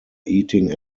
eating